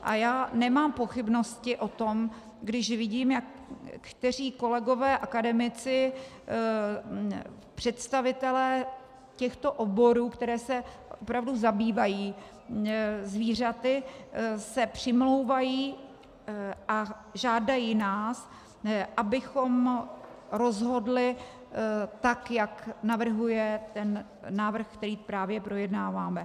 A já nemám pochybnosti o tom, když vidím, jak kolegové akademici, představitelé těchto oborů, které se opravdu zabývají zvířaty, se přimlouvají a žádají nás, abychom rozhodli tak, jak navrhuje návrh, který právě projednáváme.